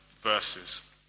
verses